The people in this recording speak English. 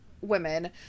women